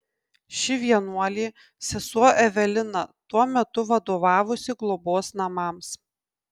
ši vienuolė sesuo evelina tuo metu vadovavusi globos namams